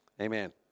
Amen